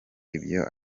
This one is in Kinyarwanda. ibyo